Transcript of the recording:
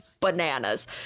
Bananas